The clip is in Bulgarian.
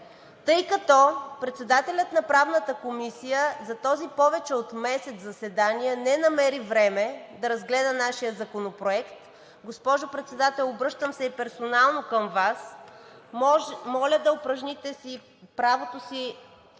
тъй като председателят на Правната комисия за този повече от месец заседания не намери време да разгледа нашия законопроект. Госпожо Председател, обръщам се и персонално към Вас: моля да упражните правото си